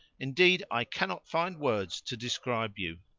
indeed, i cannot find words to describe you.